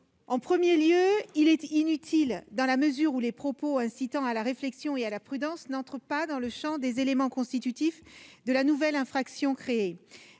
En premier lieu, cet alinéa est inutile, dans la mesure où les propos incitant à la réflexion et à la prudence n'entrent pas dans le champ des éléments constitutifs de la nouvelle infraction créée.